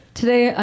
today